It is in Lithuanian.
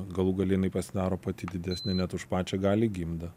galų gale jinai pasidaro pati didesnė net už pačią gali gimdą